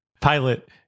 Pilot